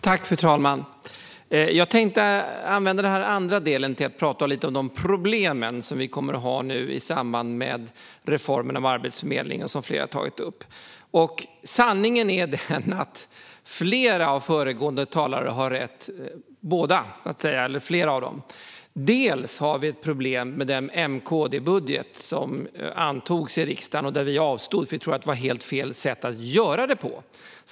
Fru talman! Jag tänkte använda denna andra del till att prata lite om de problem som vi kommer att ha nu i samband med reformen av Arbetsförmedlingen, som flera har tagit upp. Sanningen är den att flera av de föregående talarna har rätt. Vi har ett problem med den M-KD-budget som antogs i riksdagen, där vi avstod därför att vi tror att detta är helt fel sätt att göra det på.